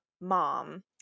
mom